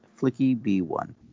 flickyb1